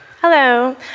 Hello